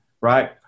right